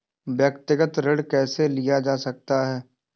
व्यक्तिगत ऋण कैसे लिया जा सकता है?